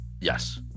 Yes